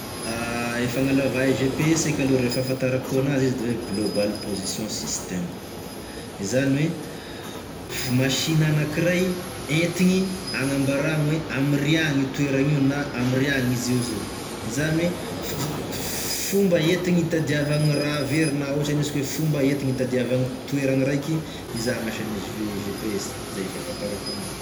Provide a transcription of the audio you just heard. E fagnalava e GPS eky aloa raha e fahafantarako anazy izy da oe Global Position System, zany oe f- masiny anakiray entigny hagnambaragny oe amiriagny i toeragny io na amiriagny izy io zao, izany oe fi- ff- fomba entigny hitadiavagne raha very na ohatry aniasika oe fomba entigny hitadiavagny toeragny raiky izà gn'asane GPS, izay e fahafantarako anazy.